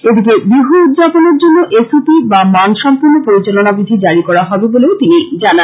এদিকে বিহু উদযাপনের জন এস ও পি বা মানসম্পন্ন পরিচালনা বিধি জারী করা হবে বলেও তিনি জানান